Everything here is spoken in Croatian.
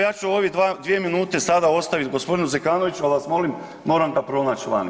Ja ću sada ove dvije minute sada ostaviti gospodinu Zekanoviću, ali vas molim moram ga pronaći vani.